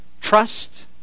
trust